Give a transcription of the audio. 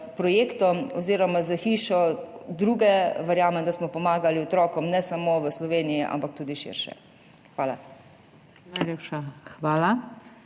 projektom oziroma s hišo druge, verjamem, da smo pomagali otrokom, ne samo v Sloveniji, ampak tudi širše. Hvala.